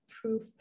proof